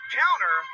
counter